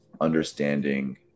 understanding